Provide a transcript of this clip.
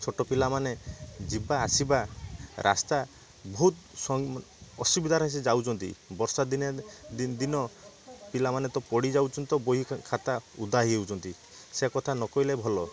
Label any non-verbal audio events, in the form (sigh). ଛୋଟ ପିଲାମାନେ ଯିବା ଆସିବା ରାସ୍ତା ବହୁତ (unintelligible) ଅସୁବିଧାରେ ସେ ଯାଉଛନ୍ତି ବର୍ଷା ଦିନିଆ ଦିନ ପିଲାମାନେ ତ ପଢ଼ି ଯାଉଛନ୍ତି ତ ବହି ଖାତା ଓଦା ହୋଇଯାଉଛନ୍ତି ସେ କଥା ନ କହିଲେ ଭଲ